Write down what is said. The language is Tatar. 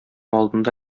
алдында